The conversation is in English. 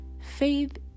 faith